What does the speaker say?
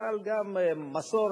אבל גם מסורת,